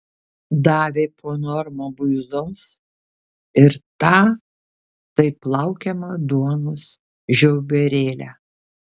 davė po normą buizos ir tą taip laukiamą duonos žiauberėlę